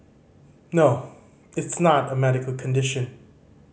no it's not a medical condition